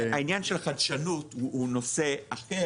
העניין של החדשנות הוא נושא אחר.